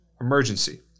emergency